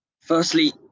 Firstly